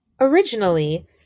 Originally